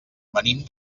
venim